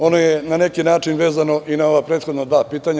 Ono je na neki način vezano i za ova prethodna dva pitanja.